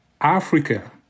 Africa